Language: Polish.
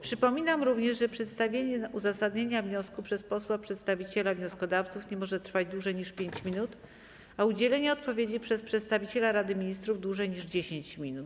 Przypominam również, że przedstawienie uzasadnienia wniosku przez posła przedstawiciela wnioskodawców nie może trwać dłużej niż 5 minut, a udzielenie odpowiedzi przez przedstawiciela Rady Ministrów - dłużej niż 10 minut.